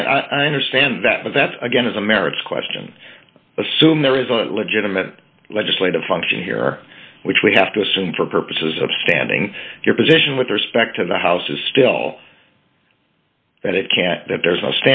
indefensible i understand that but that's again as america's question assume there is a legitimate legislative function here which we have to assume for purposes of standing your position with respect to the house is still but it can't that there's